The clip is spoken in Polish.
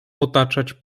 otaczać